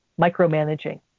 micromanaging